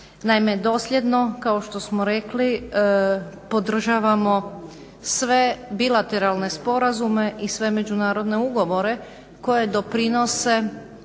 Naime, dosljedno kao što smo rekli podržavamo sve bilateralne sporazume i sve međunarodne ugovore koji doprinose